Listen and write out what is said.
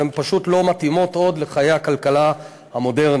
והן פשוט לא מתאימות עוד לחיי הכלכלה המודרניים.